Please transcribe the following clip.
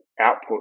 output